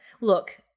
look